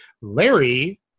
Larry